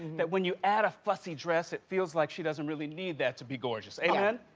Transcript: that when you add a fussy dress it feels like she doesn't really need that to be gorgeous. amen?